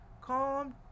Calm